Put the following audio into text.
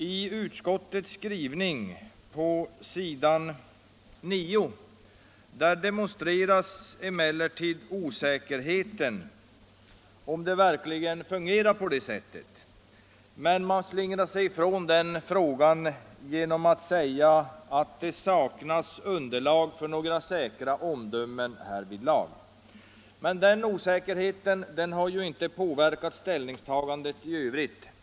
I utskottets skrivning på s. 9 demonstreras osäkerheten om det verkligen fungerar på det sättet, men man slingrar sig från den frågan genom att säga att det ”saknas emellertid underlag för några säkra omdömen härvidlag”. Den osäkerheten har nu inte påverkat ställningstagandet i övrigt.